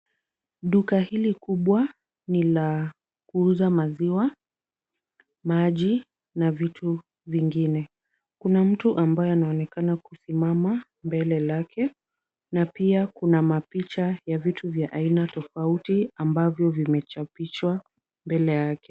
Duka hili kubwa ni la kuuza maziwa, maji na vitu vingine. Kuna mtu ambaye anaonekana kusimama mbele lake na pia kuna mapicha ya vitu vya aina tofauti ambavyo vimechapishwa mbele yake.